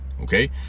okay